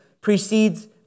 precedes